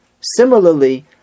Similarly